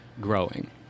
growing